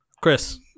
Chris